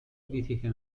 critica